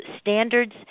standards